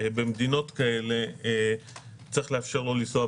במדינות כאלה צריך לאפשר לו לנסוע,